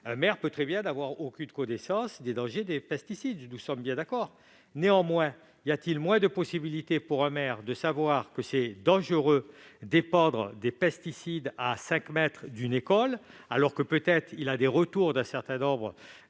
Un maire peut très bien n'avoir aucune connaissance des dangers des pesticides. Nous sommes bien d'accord ! Néanmoins, y a-t-il moins de possibilités pour un maire de connaître la dangerosité de l'épandage de pesticides à cinq mètres d'une école, alors qu'il a peut-être des retours d'un certain nombre